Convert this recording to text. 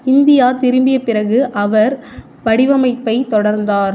India திரும்பிய பிறகு அவர் வடிவமைப்பை தொடர்ந்தார்